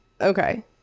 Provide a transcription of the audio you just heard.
Okay